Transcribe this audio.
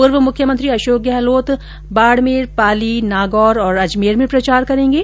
पूर्व मुख्यमंत्री अशोक गहलोत बाड़मेर पाली नागौर और अजमेर में प्रचार करेंगे